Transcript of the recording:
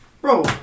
Bro